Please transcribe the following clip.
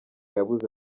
yabuze